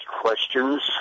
questions